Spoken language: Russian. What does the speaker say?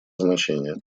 значение